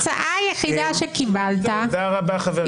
ההצעה היחידה שקיבלת -- תודה רבה, חברים.